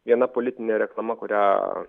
viena politinė reklama kurią